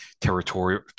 territorial